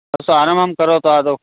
अस्तु आरम्भं करोतु आदौ